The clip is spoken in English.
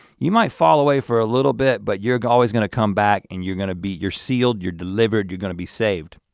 you might fall away for a little bit but you're always gonna come back and you're gonna be, you're sealed, you're delivered, you're gonna be saved.